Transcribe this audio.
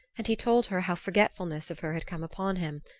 and he told her how forgetfulness of her had come upon him,